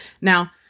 Now